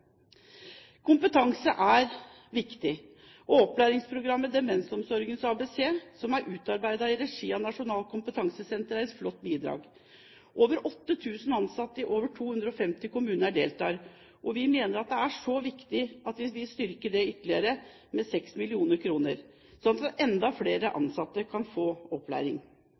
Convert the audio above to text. Kompetanse er viktig, og opplæringsprogrammet Demensomsorgens ABC, som er utarbeidet i regi av Nasjonalt kompetansesenter for aldring og helse, er et flott bidrag. Over 8 000 ansatte i over 250 kommuner deltar. Vi mener dette er så viktig at vi vil styrke dette med ytterligere 6 mill. kr, slik at enda flere ansatte kan få opplæring.